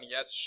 Yes